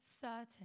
certain